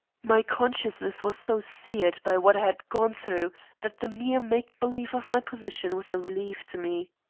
my consciousness was so seared by what i had gone through that the mere make-believe of my position was a relief to me.